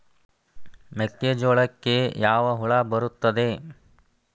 ಮೆಕ್ಕೆಜೋಳಕ್ಕೆ ಯಾವ ಹುಳ ಬರುತ್ತದೆ?